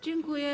Dziękuję.